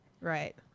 right